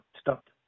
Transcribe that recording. Stopped